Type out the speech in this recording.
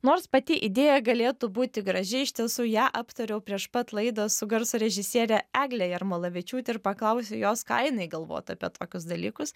nors pati idėja galėtų būti graži iš tiesų ją aptariau prieš pat laidą su garso režisiere egle jarmalavičiūte ir paklausiau jos ką jinai galvotų apie tokius dalykus